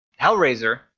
Hellraiser